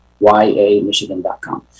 yamichigan.com